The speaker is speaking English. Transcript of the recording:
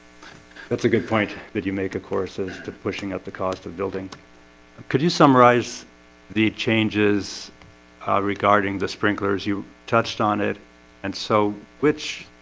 that's a good point that you make a course as to pushing up the cost of building could you summarize the changes regarding the sprinklers you touched on it and so which